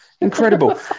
Incredible